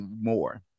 more